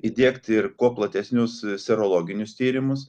įdiegti ir kuo platesnius serologinius tyrimus